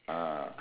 ah